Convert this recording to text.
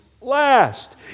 last